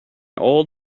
old